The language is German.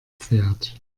pferd